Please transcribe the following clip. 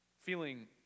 feeling